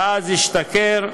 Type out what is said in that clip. ואז השתכר,